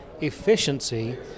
efficiency